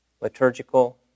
liturgical